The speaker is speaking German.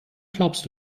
glaubst